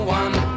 one